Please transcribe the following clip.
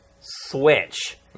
Switch